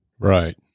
right